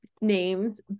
names